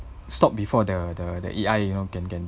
stopped before the the A_I you know can can